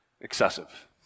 excessive